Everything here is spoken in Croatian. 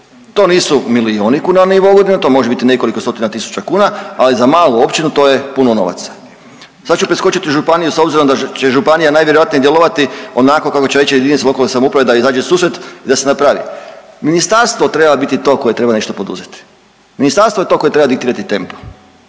to nisu milijun kuna … to može biti nekoliko stotina tisuća kuna, ali za malu općinu to je puno novaca. Sad ću preskočit županiju s obzirom da će županija najvjerojatnije djelovati onako kako će reći jedinica lokalne samouprave da izađe u susret i da se napravi. Ministarstvo treba biti to koje treba nešto poduzeti, ministarstvo je to koje treba diktirati tempo